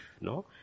no